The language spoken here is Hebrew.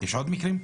יש עוד מקרים?